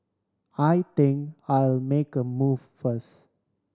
I think I'll make a move first